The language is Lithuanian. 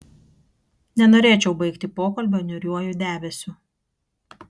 nenorėčiau baigti pokalbio niūriuoju debesiu